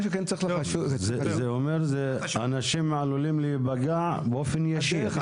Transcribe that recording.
זה אומר שאנשים עלולים להיפגע באופן ישיר.